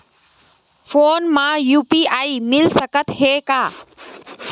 Phone मा UPI मिल सकत हे का?